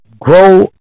grow